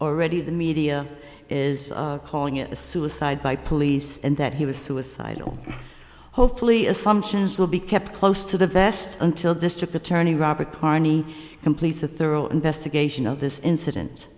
already the media is calling it a suicide by police and that he was suicidal hopefully assumptions will be kept close to the vest until district attorney robert harney completes a thorough investigation of this incident